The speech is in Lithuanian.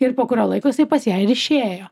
ir po kurio laiko jisai pas ją ir išėjo